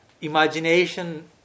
imagination